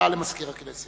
הודעה למזכיר הכנסת.